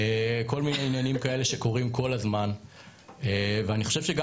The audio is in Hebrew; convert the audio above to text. כל מיני עניינים כאלה שקורים כל הזמן ואני חושב שגם